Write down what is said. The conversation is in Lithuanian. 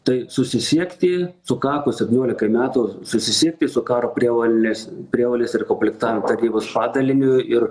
tai susisiekti sukako septyniolika metų susisiekti su karo prievolės prievolės ir komplektavimo tarnybos padaliniu ir